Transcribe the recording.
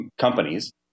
companies